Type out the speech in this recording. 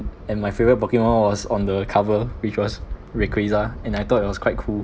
and my favourite pokemon was on the cover which was rayquaza and I thought it was quite cool